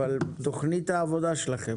אבל מה תוכנית העבודה שלכם?